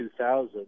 2000